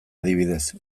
adibidez